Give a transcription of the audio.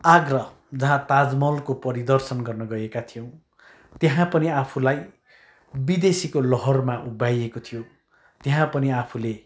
आग्रा जहाँ ताजमहलको परिदर्शन गर्न गएका थियौँ त्यहाँ पनि आफूलाई विदेशीको लहरमा उभ्याइएको थियो त्यहाँ पनि आफूले